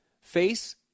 Face